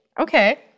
Okay